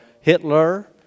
Hitler